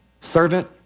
servant